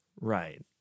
Right